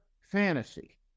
fantasy